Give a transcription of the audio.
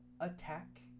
attack